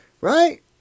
Right